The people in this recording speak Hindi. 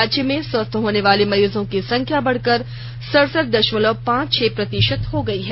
राज्य में स्वस्थ होने वाले मरीजों की संख्या बढ़कर सड़सठ द ामलव पांच छह प्रतिशत हो गयी है